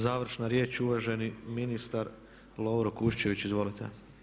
Završna riječ, uvaženi ministar Lovro Kuščević, izvolite.